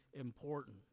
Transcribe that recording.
important